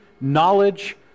knowledge